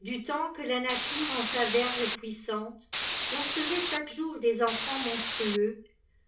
du temps que la nature en sa verve puissanteconcevait chaque jour des enfants monstrueux